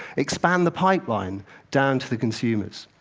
expand the pipeline down to the consumers.